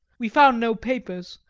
we found no papers,